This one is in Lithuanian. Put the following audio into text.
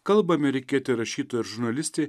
kalba amerikietė rašytoja ir žurnalistė